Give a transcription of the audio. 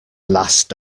last